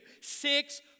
Six